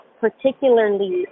particularly